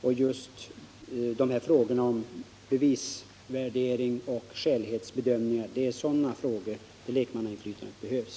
Det är just när det gäller bevisvärdering och skälighetsbedömning som lekmannainflytandet behövs.